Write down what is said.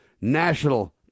National